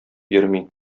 йөрми